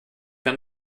mehr